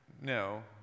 No